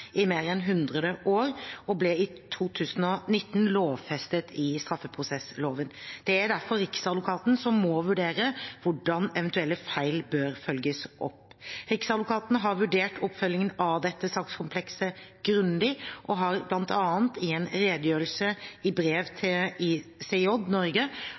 i mer enn hundre år og ble i 2019 lovfestet i straffeprosessloven. Det er derfor Riksadvokaten som må vurdere hvordan eventuelle feil bør følges opp. Riksadvokaten har vurdert oppfølgingen av dette sakskomplekset grundig, bl.a. ved redegjørelse i brev